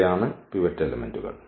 ഇവയാണ് പിവറ്റ് എലെമെന്റുകൾ